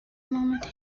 moment